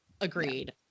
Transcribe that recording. agreed